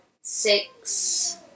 six